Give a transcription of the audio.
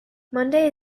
monday